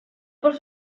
por